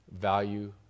Value